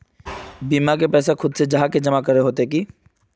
बीमा के पैसा खुद से जाहा के जमा करे होते की?